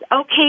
okay